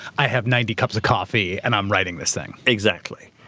i have ninety cups of coffee and i'm writing this thing. exactly.